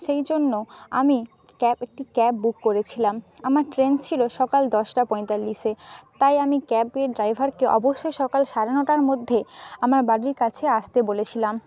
সেই জন্য আমি একটি ক্যাব বুক করেছিলাম আমার ট্রেন ছিল সকাল দশটা পঁয়তাল্লিশে তাই আমি ক্যাবের ড্রাইভারকে অবশ্যই সকাল সাড়ে নটার মধ্যে আমার বাড়ির কাছে আসতে বলেছিলাম